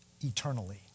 eternally